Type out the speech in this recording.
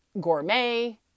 gourmet